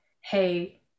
hey